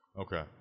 Okay